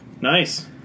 Nice